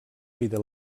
vida